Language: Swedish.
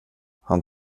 han